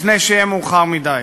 לפני שיהיה מאוחר מדי.